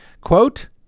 Quote